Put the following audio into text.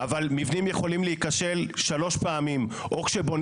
זה מפחיד ומצמרר שבעצם ב-1999